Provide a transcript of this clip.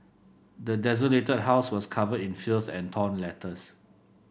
the desolated house was covered in filth and torn letters